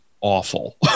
awful